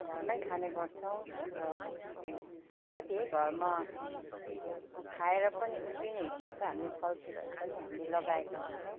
घरमै खाने गर्छौँ र कति है घरमा खाएर पनि उब्रिने हिसाबको हामीले फलफुलहरू पनि हामीले लगाएका हुन्छौँ